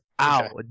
ow